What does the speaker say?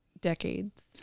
decades